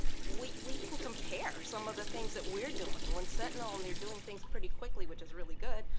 we we can compare some of the things that we're doing. once sentinel, and they're doing things pretty quickly which is really good,